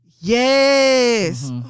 Yes